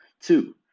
Two